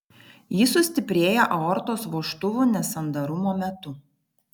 ji sustiprėja aortos vožtuvų nesandarumo metu